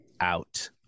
out